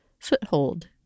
foothold